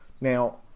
now